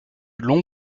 long